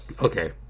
Okay